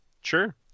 Sure